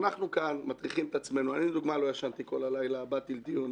אנחנו כאן מטריחים את עצמנו אני למשל לא ישנתי כל הלילה ובאתי לדיון.